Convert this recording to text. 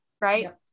Right